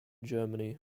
germany